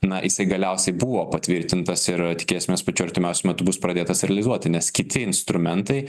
na jisai galiausiai buvo patvirtintas ir tikėsimės pačiu artimiausiu metu bus pradėtas realizuoti nes kiti instrumentai